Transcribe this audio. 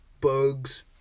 Bugs